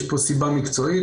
יש פה סיבה מקצועית,